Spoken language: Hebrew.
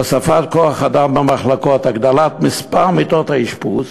להוספת כוח-אדם במחלקות, להגדלת מספר מיטות האשפוז